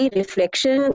reflection